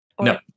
No